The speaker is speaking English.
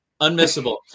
Unmissable